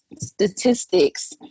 statistics